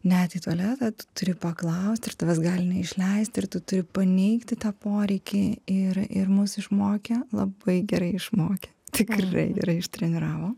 net į tualetą turi paklausti tavęs gali neišleisti ir tu turi paneigti tą poreikį ir ir mus išmokė labai gerai išmokė tikrai yra ištreniravo